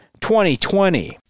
2020